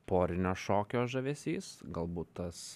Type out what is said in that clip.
porinio šokio žavesys galbūt tas